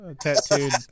Tattooed